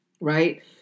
right